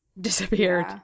disappeared